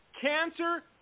Cancer